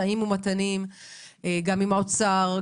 משאים ומתנים גם עם האוצר,